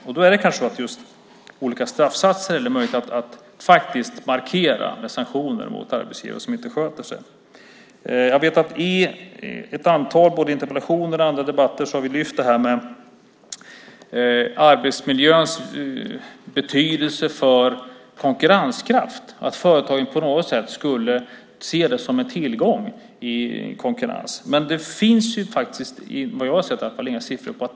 Då handlar det kanske just om olika straffsatser eller möjligheter att markera med sanktioner mot arbetsgivare som inte sköter sig. Jag vet att vi i ett antal interpellationsdebatter och andra debatter har lyft upp arbetsmiljöns betydelse för konkurrenskraften, att företagen på något sätt skulle se det som en tillgång ur konkurrenssynpunkt. Men det finns faktiskt inga siffror som visar att det är så, i alla fall inte vad jag har sett.